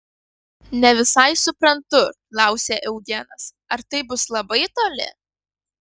ne visai suprantu klausė eugenas ar tai bus labai toli